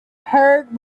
heard